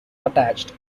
attached